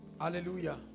Hallelujah